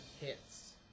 hits